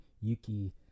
Yuki